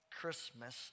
Christmas